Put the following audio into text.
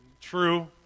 True